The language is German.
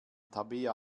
tabea